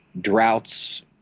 droughts